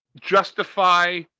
justify